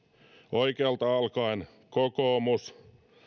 oikealta alkaen kokoomus